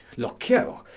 looke you,